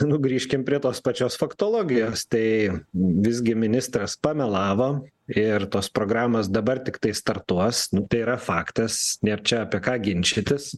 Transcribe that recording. nu grįžkim prie tos pačios faktologijos tai visgi ministras pamelavo ir tos programos dabar tiktai startuos tai yra faktas nėr čia apie ką ginčytis